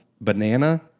Banana